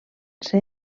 ser